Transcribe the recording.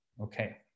Okay